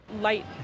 Light